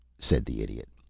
said the idiot.